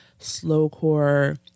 slowcore